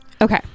Okay